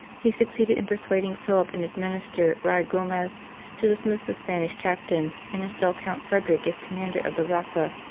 he succeeded in persuading philip and his minister ruy gomez to dismiss the spanish captain, and instal count frederick as commander of the rocca.